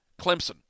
Clemson